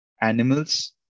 animals